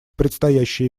предстоящие